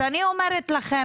אז אני אומרת לכם,